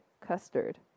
custard